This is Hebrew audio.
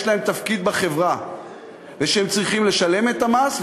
להם תפקיד בחברה ושהם צריכים לשלם את המס,